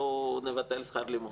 בואו נבטל שכר לימוד.